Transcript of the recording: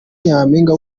nyampinga